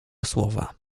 słowa